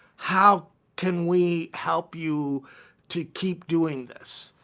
how can we help you to keep doing this?